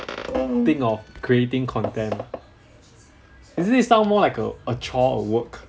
think of creating content ah isn't it sound more like a a chore or work